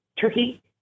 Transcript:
Turkey